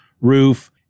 roof